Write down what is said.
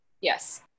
Yes